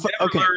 okay